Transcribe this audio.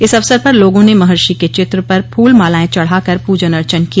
इस अवसर पर लोगों ने महर्षि के चित्र पर फूल मालायें चढ़ा कर प्रजन अर्चन किया